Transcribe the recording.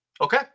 Okay